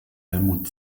helmut